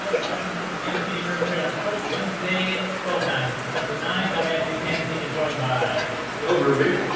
ah welcome once again to td ameritrade on twitch, wednesday twelve nine. it's december ninth. i'm anthony panzeca joined by bill ruby.